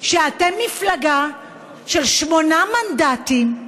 שאתם מפלגה של שמונה מנדטים,